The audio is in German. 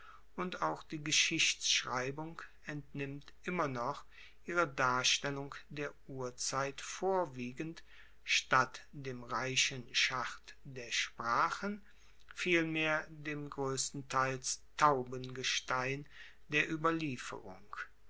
und auch die geschichtschreibung entnimmt immer noch ihre darstellung der urzeit vorwiegend statt dem reichen schacht der sprachen vielmehr dem groesstenteils tauben gestein der ueberlieferung